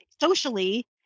socially